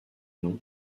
nom